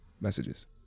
messages